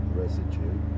residue